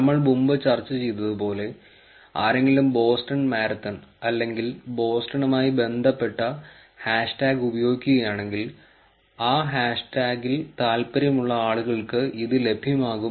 നമ്മൾ മുമ്പ് ചർച്ച ചെയ്തതുപോലെ ആരെങ്കിലും ബോസ്റ്റൺ മാരത്തൺ അല്ലെങ്കിൽ ബോസ്റ്റണുമായി ബന്ധപ്പെട്ട ഹാഷ്ടാഗ് ഉപയോഗിക്കുകയാണെങ്കിൽ ആ ഹാഷ്ടാഗിൽ താൽപ്പര്യമുള്ള ആളുകൾക്ക് ഇത് ലഭ്യമാകും